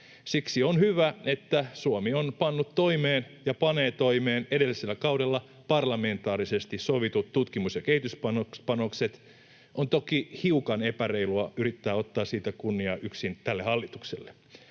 Siksi on hyvä, että Suomi on pannut toimeen ja panee toimeen edellisellä kaudella parlamentaarisesti sovitut tutkimus- ja kehityspanokset. On toki hiukan epäreilua yrittää ottaa siitä kunnia yksin tälle hallitukselle.